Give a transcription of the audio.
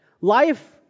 Life